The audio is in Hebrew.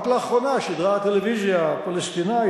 רק לאחרונה שידרה הטלוויזיה הפלסטינית